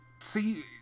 See